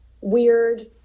weird